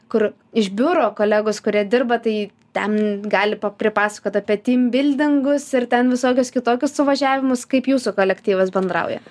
kur iš biuro kolegos kurie dirba tai ten gali pripasakot apie tymbildingus ir ten visokius kitokius suvažiavimus kaip jūsų kolektyvas bendrauja